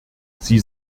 sie